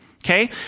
Okay